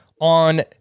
on